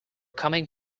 coming